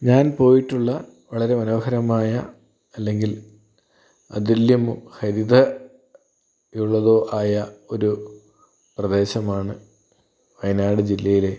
ഞാൻ പോയിട്ടുള്ള വളരെ മനോഹരമായ അല്ലെങ്കിൽ അതുല്യമോ ഹരിതയുള്ളതോ ആയ ഒരു പ്രദേശമാണ് വയനാട് ജില്ലയിലെ